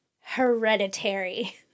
hereditary